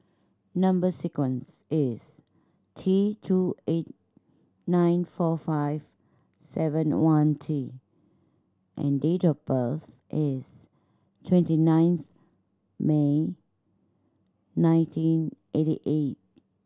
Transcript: number sequence is T two eight nine four five seven one T and date of birth is twenty ninth May nineteen eighty eight